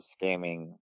scamming